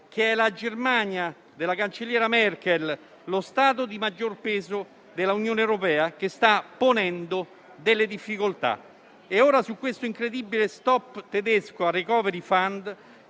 che è la Germania della cancelliera Merkel, lo Stato di maggior peso dell'Unione europea, che sta ponendo delle difficoltà. E ora, su questo incredibile *stop* tedesco al *recovery fund*,